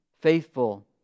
faithful